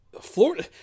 Florida